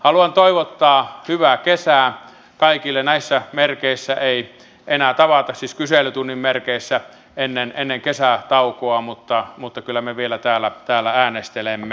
haluan toivottaa hyvää kesää kaikille kyselytunnin merkeissä ei enää tavata ennen kesätaukoa mutta kyllä me vielä täällä äänestelemme